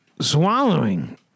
swallowing